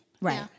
Right